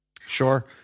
Sure